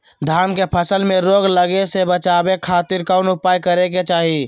धान के फसल में रोग लगे से बचावे खातिर कौन उपाय करे के चाही?